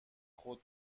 خود